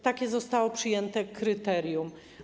Takie zostało przyjęte kryterium.